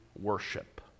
worship